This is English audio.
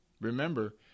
Remember